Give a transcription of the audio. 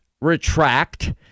retract